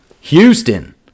Houston